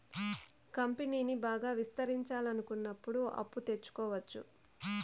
కంపెనీని బాగా విస్తరించాలనుకున్నప్పుడు అప్పు తెచ్చుకోవచ్చు